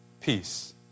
Peace